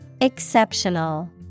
Exceptional